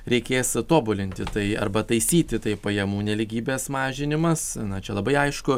reikės tobulinti tai arba taisyti tai pajamų nelygybės mažinimas na čia labai aišku